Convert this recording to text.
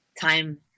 time